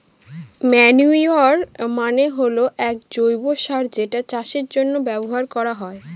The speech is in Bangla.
ম্যানইউর মানে হল এক জৈব সার যেটা চাষের জন্য ব্যবহার করা হয়